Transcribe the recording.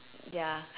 ya